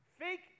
fake